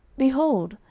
behold,